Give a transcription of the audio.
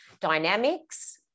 dynamics